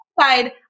side